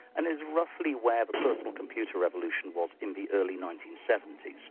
and is roughly where the personal computer revolution was in the early nineteen seventy